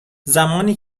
زمانی